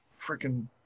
freaking